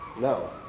No